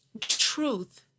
truth